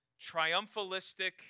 triumphalistic